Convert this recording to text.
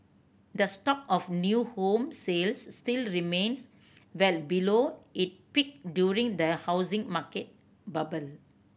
the stock of new home sales still remains well below it peak during the housing market bubble